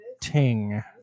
Ting